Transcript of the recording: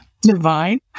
Divine